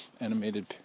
animated